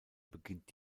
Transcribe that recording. beginnt